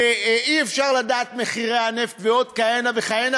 אי-אפשר לדעת מחירי הנפט ועוד כהנה וכהנה,